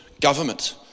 government